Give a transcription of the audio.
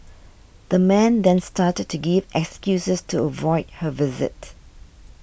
the man then started to give excuses to avoid her visit